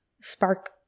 spark